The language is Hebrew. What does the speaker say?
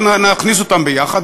נכניס אותם ביחד,